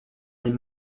les